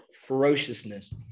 ferociousness